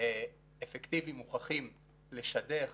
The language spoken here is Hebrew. אפקטיביים מוכחים לשדך